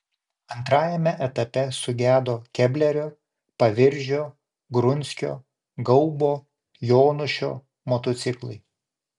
antrajame etape sugedo keblerio paviržio grunskio gaubo jonušio motociklai